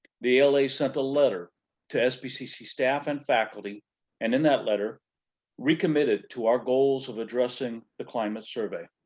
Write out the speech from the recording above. the ala sent a letter to sbcc staff and faculty and in that letter recommitted to our goals of addressing the climate survey.